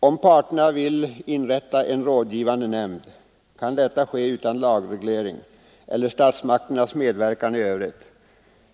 ——— Om parterna vill inrätta en rådgivande nämnd kan detta ske utan lagreglering eller statsmakternas medverkan i övrigt.